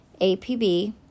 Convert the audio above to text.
APB